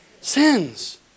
Sins